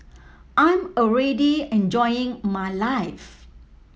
I'm already enjoying my life